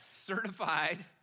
certified